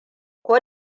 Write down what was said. ko